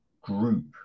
group